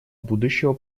будущего